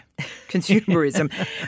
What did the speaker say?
consumerism